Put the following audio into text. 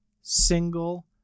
single